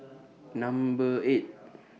Number eight